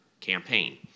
campaign